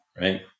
Right